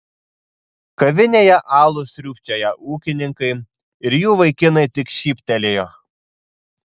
kavinėje alų sriubčioją ūkininkai ir jų vaikinai tik šyptelėjo